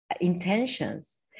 intentions